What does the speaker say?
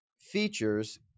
features